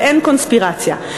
ואין קונספירציה,